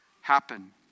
happen